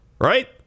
Right